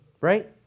right